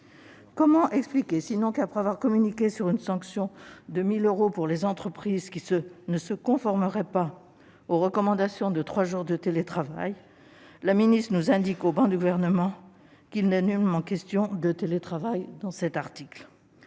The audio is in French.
Comment expliquer, sinon, qu'après avoir communiqué sur une sanction de 1 000 euros pour les entreprises qui ne se conformeraient pas aux recommandations de trois jours de télétravail, la ministre nous indique au banc du Gouvernement qu'il n'est nullement question de télétravail dans cet article